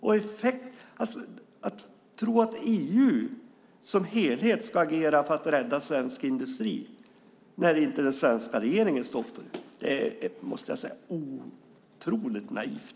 Att tro att EU som helhet ska agera för att rädda svensk industri när inte den svenska regeringen står upp för den måste jag säga är otroligt naivt.